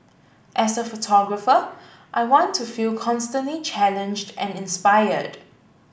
as a photographer I want to feel constantly challenged and inspired